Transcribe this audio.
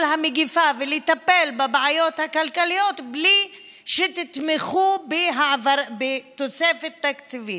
המגפה ולטפל בבעיות הכלכליות בלי שתתמכו בתוספת תקציבית.